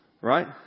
right